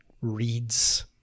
reads